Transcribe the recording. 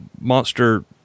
monster